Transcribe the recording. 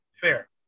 fair